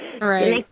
Right